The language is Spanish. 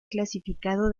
clasificado